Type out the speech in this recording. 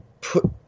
put